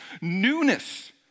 newness